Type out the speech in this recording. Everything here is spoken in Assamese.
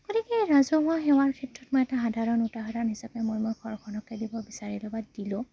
গতিকে ৰাজহুৱা সেৱাৰ ক্ষেত্ৰত মই এটা সাধাৰণ উদাহৰণ হিচাপে মই ঘৰখনকে দিব বিচাৰিলোঁ বা দিলোঁ